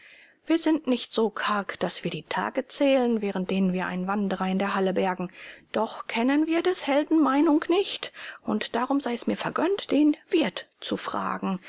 wir sind nicht so karg daß wir die tage zählen während denen wir einen wanderer in der halle bergen doch kennen wir des helden meinung nicht und darum sei es mir vergönnt den wirt zu fragen